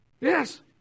Yes